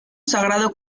sagrado